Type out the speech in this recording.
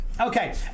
Okay